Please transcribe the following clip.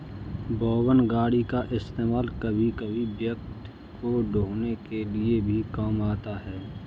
wagon गाड़ी का इस्तेमाल कभी कभी व्यक्ति को ढ़ोने के लिए भी काम आता है